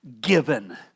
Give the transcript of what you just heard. given